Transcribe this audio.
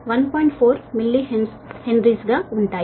4 millihenry గా ఉంటాయి